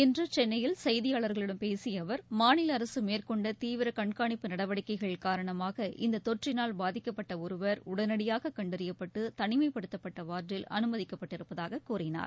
இன்று சென்னையில் செய்தியாளர்களிடம் பேசிய அவர் மாநில அரசு மேற்கொண்ட தீவிர கண்காணிப்பு நடவடிக்கைகள் காரணமாக இந்த தொற்றினால் பாதிக்கப்பட்ட ஒருவர் உடனடியாக கண்டறியப்பட்டு தனிமைப்படுத்தப்பட்ட வார்டில் அனுமதிக்கப்பட்டிருப்பதாக கூறினார்